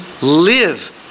live